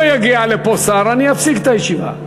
לא יגיע לפה שר, אני אפסיק את הישיבה.